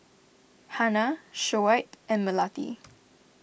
Hana Shoaib and Melati